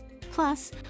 Plus